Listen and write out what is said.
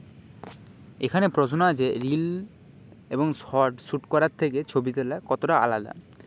দৌড়ানোর জন্য আমার সব থেকে প্রিয় জায়গা হলো রাস্তা ও ফুটবল গ্রাউণ্ড